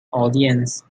audience